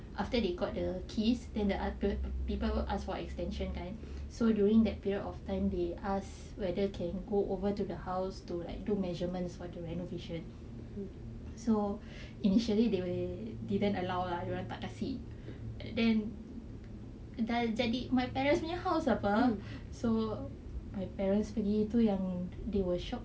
after they got the keys then the people ask for extension kan so during that period of time they ask whether can go over to the house to like do measurements for the renovation so initially they didn't allow lah dorang tak kasi then dah jadi my parents house apa so my parents pergi tu yang they were shocked